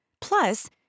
Plus